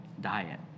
diet